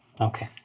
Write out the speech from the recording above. Okay